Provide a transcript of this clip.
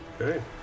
okay